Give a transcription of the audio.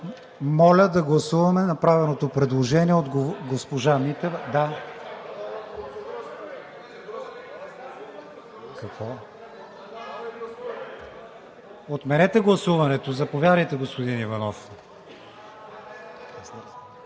Моля да гласуваме направеното предложение от госпожа Митева. (Шум и реплики.) Отменете гласуването. Заповядайте, господин Иванов.